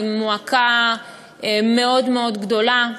עם מועקה מאוד גדולה: